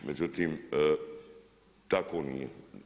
Međutim, tako nije.